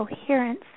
coherence